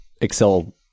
Excel